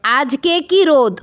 আজকে কী রোদ